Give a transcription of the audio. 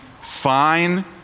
fine